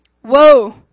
Whoa